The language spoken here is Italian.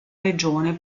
regione